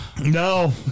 No